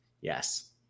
Yes